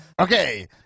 Okay